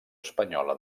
espanyola